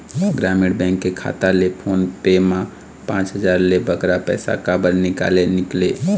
ग्रामीण बैंक के खाता ले फोन पे मा पांच हजार ले बगरा पैसा काबर निकाले निकले?